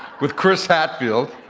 with chris hadfield.